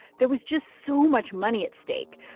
there was just so much money at stake.